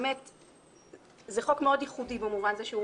באמת זה חוק מאוד ייחודי במון זה שהוא